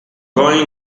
going